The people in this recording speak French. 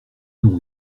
non